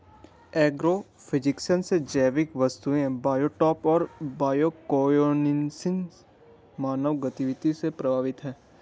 agrophysics से जैविक वस्तुएं बायोटॉप और बायोकोएनोसिस मानव गतिविधि से प्रभावित हैं